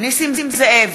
נסים זאב,